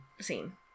scene